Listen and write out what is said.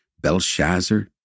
Belshazzar